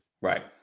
Right